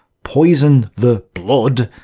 poison the blood,